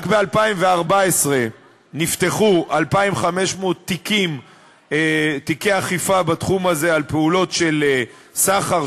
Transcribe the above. רק ב-2014 נפתחו 2,500 תיקי אכיפה בתחום הזה על פעולות של סחר,